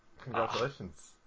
Congratulations